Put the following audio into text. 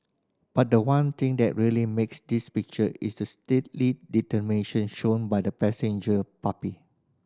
but the one thing that really makes this picture is the steely determination shown by the passenger puppy